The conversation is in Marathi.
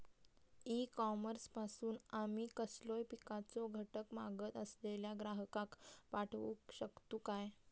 ई कॉमर्स पासून आमी कसलोय पिकाचो घटक मागत असलेल्या ग्राहकाक पाठउक शकतू काय?